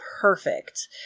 perfect